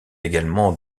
également